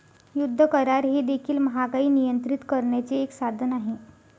युद्ध करार हे देखील महागाई नियंत्रित करण्याचे एक साधन आहे